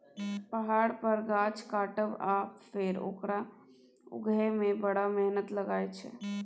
पहाड़ पर गाछ काटब आ फेर ओकरा उगहय मे बड़ मेहनत लागय छै